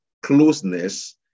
Closeness